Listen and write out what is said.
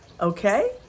okay